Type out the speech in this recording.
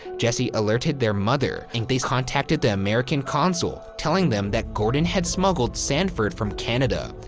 jessie alerted their mother and they contacted the american consol, telling them that gordon had smuggled sanford from canada.